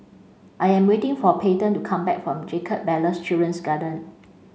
I am waiting for Payten to come back from Jacob Ballas Children's Garden